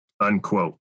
unquote